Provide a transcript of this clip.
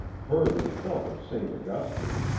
heard and felt at st. augustine,